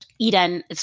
Eden